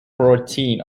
protein